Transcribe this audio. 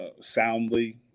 soundly